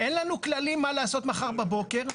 אין לנו כללים מה לעשות מחר בבוקר.